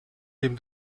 dem